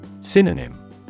Synonym